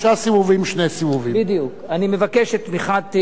אני מבקש את תמיכת מליאת הכנסת בהצעת החוק.